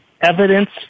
evidence